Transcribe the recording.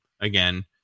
again